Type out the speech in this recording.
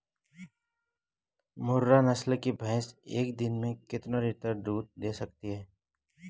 मुर्रा नस्ल की भैंस एक दिन में कितना लीटर दूध दें सकती है?